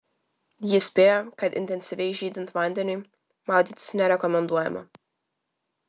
ji įspėjo kad intensyviai žydint vandeniui maudytis nerekomenduojama